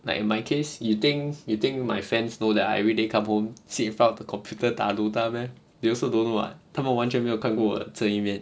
like in my case you think you think my fans know that I everyday come home sit in front of the computer 打 dota meh they also don't know [what] 他们完全没有看过这一面